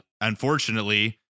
Unfortunately